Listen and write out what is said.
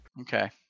Okay